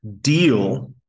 deal